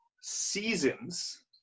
seasons